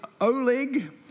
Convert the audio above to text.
Oleg